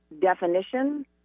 definition